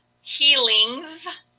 Healings